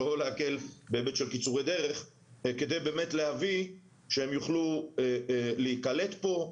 לא להקל בהיבט של קיצורי דרך כדי באמת להביא שהם יוכלו להיקלט פה,